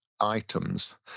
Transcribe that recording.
Items